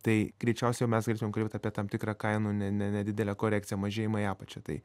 tai greičiausiai jau mes galėtumėm kalbėt apie tam tikrą kainų ne ne nedidelę korekciją mažėjimą į apačią tai